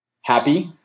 Happy